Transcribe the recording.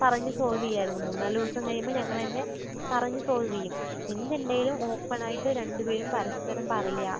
പറഞ്ഞ് സോൾവ് ചെയുമായിരുന്നു മൂന്ന് നാല് ദിവസം കഴിയുമ്പം ഞങ്ങളെന്നെ പറഞ്ഞ് സോൾവ് ചെയ്യും എന്തുണ്ടേലും ഓപ്പൺ ആയിട്ട് രണ്ട് പേരും പരസ്പരം പറയാ